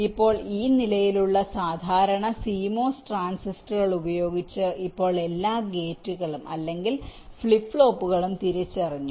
ഇപ്പോൾ ഈ നിലയിലുള്ള സാധാരണ CMOS ട്രാൻസിസ്റ്ററുകൾ ഉപയോഗിച്ച് ഇപ്പോൾ എല്ലാ ഗേറ്റുകളും അല്ലെങ്കിൽ ഫ്ലിപ്പ് ഫ്ലോപ്പുകളും തിരിച്ചറിഞ്ഞു